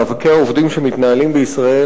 מאבקי העובדים שמתנהלים בישראל,